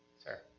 sir.